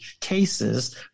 cases